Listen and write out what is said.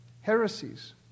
heresies